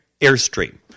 Airstream